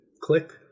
click